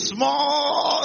Small